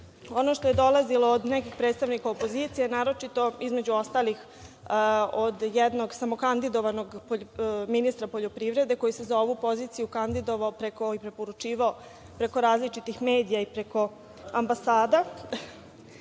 Ono što je dolazilo od nekih predstavnika opozicije, naročito, između ostalih, od jednog samokandidovanog ministra poljoprivrede koji se za ovu poziciju kandidovao i preporučivao preko različitih medija i preko ambasada.